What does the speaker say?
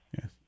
Yes